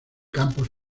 campos